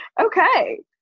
Okay